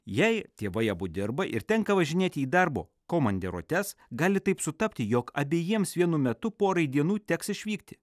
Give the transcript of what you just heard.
jei tėvai abu dirba ir tenka važinėti į darbo komandiruotes gali taip sutapti jog abejiems vienu metu porai dienų teks išvykti